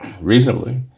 reasonably